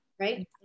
Right